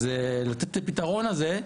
אז לתת את הפתרון הזה,